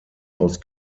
aus